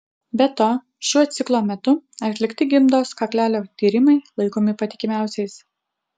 be to šiuo ciklo metu atlikti gimdos kaklelio tyrimai laikomi patikimiausiais